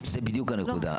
זו בדיוק הנקודה.